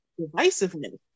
divisiveness